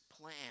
plan